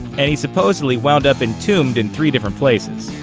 and he supposedly wound up entombed in three different places.